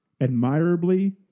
admirably